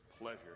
pleasure